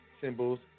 symbols